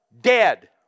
dead